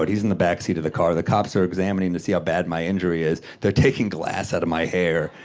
but he's in the backseat of the car. the cops are examining to see how bad my injury is. they're taking glass out of my hair,